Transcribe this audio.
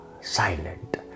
silent